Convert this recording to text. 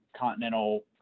continental